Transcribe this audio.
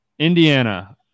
Indiana